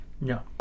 No